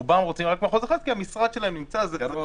רובם רוצים רק מחוז אחד כי המשרד שלהם נמצא קרוב.